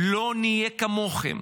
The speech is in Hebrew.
לא נהיה כמוכם.